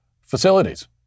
facilities